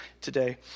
today